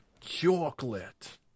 Chocolate